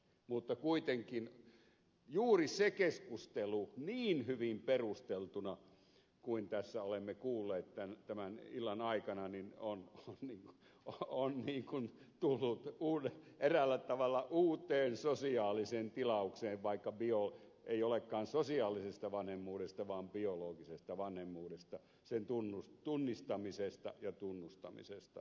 mutta kuitenkin juuri se keskustelu niin hyvin perusteltuna kuin mitä tässä olemme kuulleet tämän illan aikana on tullut eräällä tavalla uuteen sosiaaliseen tilaukseen vaikka ei olekaan kysymys sosiaalisesta vanhemmuudesta vaan biologisesta vanhemmuudesta sen tunnistamisesta ja tunnustamisesta